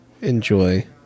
enjoy